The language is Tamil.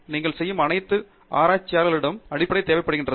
நீங்கள் செய்யும் அனைத்து ஆராய்ச்சிகளிடமும் அடிப்படை தேவைப்படுகிறது